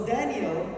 Daniel